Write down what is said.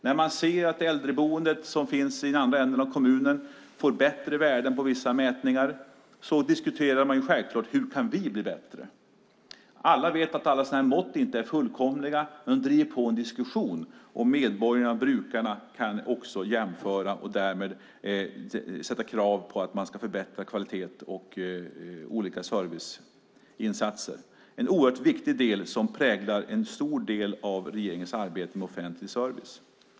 När man ser att äldreboendet som finns i den andra ändan av kommunen får bättre värden i vissa mätningar diskuterar man självklart hur man själv kan bli bättre. Alla vet att alla sådana mått inte är fullkomliga, men de driver på en diskussion, och medborgarna och brukarna kan också jämföra och därmed ställa krav på att kvalitet och olika serviceinsatser ska förbättras. Det är en oerhört viktig del som präglar en stor del av regeringens arbete med offentlig service.